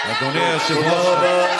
חברתיות עוברות.